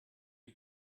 die